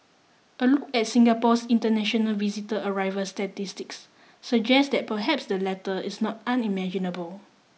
a look at Singapore's international visitor arrival statistics suggest that perhaps the latter is not unimaginable